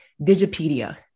Digipedia